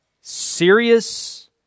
serious